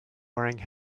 wearing